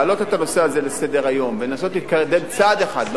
להעלות את הנושא לסדר-היום ולנסות להתקדם צעד אחד,